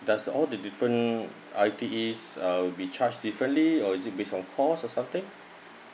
does all the different I_T_E uh will be charge differently ir is it based on course or something